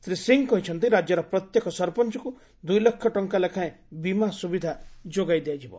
ଶ୍ରୀ ସିଂହ କହିଛନ୍ତି ରାଜ୍ୟର ପ୍ରତ୍ୟେକ ସରପଞ୍ଚଙ୍କୁ ଦୁଇ ଲକ୍ଷ ଟଙ୍କା ଲେଖାଏଁ ବିମା ସୁବିଧା ଯୋଗାଇ ଦିଆଯିବ